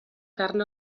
carn